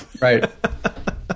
Right